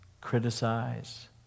criticize